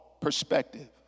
perspective